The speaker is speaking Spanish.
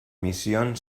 misión